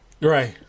Right